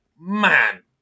man